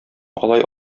алай